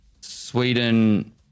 Sweden